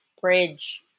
bridge